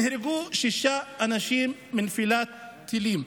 נהרגו שישה אנשים מנפילת טילים.